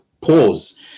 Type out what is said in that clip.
pause